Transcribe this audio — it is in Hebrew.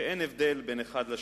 שאין הבדל בין אחד לשני,